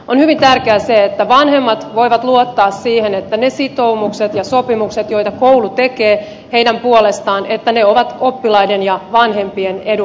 on hyvin tärkeää se että vanhemmat voivat luottaa siihen että ne sitoumukset ja sopimukset joita koulu tekee heidän puolestaan ovat oppilaiden ja vanhempien edun mukaisia